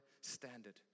standard